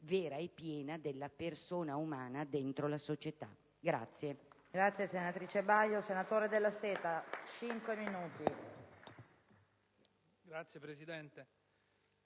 vera e piena alla persona umana dentro la società.